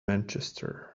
manchester